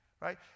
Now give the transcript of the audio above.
right